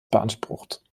beansprucht